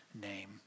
name